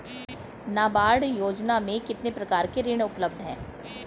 नाबार्ड योजना में कितने प्रकार के ऋण उपलब्ध हैं?